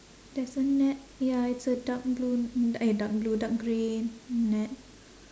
there's a net ya it's a dark blue n~ eh dark blue dark grey net